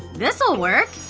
this'll work!